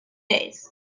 days